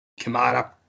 Kamara